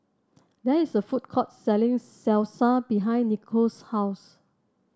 there is a food court selling Salsa behind Nichole's house